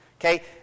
Okay